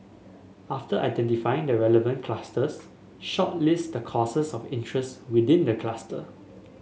after identifying the relevant clusters shortlist the courses of interest within the cluster